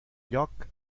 lloc